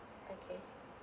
okay